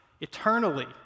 eternally